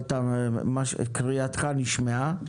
קריאתם נשמעה,